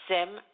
Sim